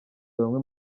bamwe